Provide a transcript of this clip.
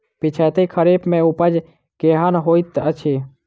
पिछैती खरीफ मे उपज केहन होइत अछि?